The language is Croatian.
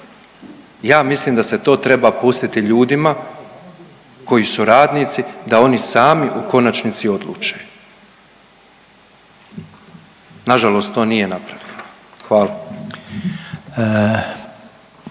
Ja mislim da se to treba pustiti ljudima koji su radnici da oni sami u konačnici odluče, nažalost to nije napravljeno, hvala.